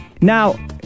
now